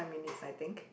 minutes I think